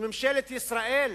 שממשלת ישראל